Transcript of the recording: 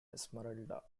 esmeralda